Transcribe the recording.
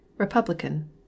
Republican